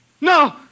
no